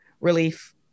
relief